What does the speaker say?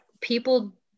people